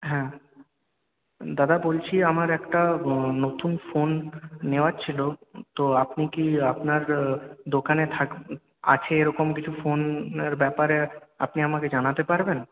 হ্যাঁ দাদা বলছি আমার একটা নতুন ফোন নেওয়ার ছিল তো আপনি কি আপনার দোকানে থাক আছে এরকম কিছু ফোনের ব্যাপারে আপনি আমাকে জানাতে পারবেন